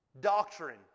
Doctrine